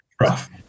rough